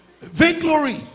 Vainglory